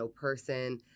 person